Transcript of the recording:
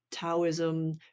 Taoism